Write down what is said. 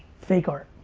fake art.